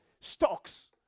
stocks